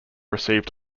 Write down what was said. received